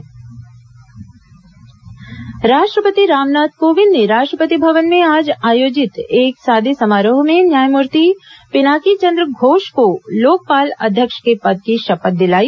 लोकपाल शपथ राष्ट्रपति रामनाथ कोविंद ने राष्ट्रपति भवन में आज आयोजित एक सादे समारोह में न्यायमूर्ति पिनाकी चंद्र घोष को लोकपाल अध्यक्ष के पद की शपथ दिलाई